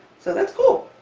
so that's cool!